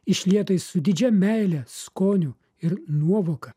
išlietais su didžia meile skoniu ir nuovoka